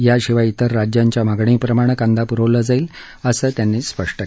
याशिवाय इतर राज्यांच्या मागणीप्रमाणे कांदा पुरवला जाईल असं त्यांनी स्पष्ट केलं